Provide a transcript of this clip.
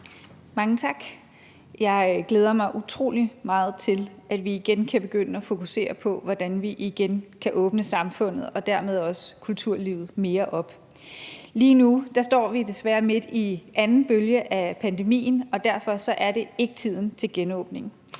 Mange tak. Jeg glæder mig utrolig meget til, at vi igen kan begynde at fokusere på, hvordan vi kan åbne samfundet og dermed også kulturlivet mere op igen. Lige nu står vi desværre midt i anden bølge af pandemien, og derfor er det ikke tiden til genåbning.